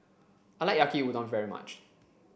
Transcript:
I like Yaki Udon very much